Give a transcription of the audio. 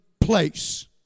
place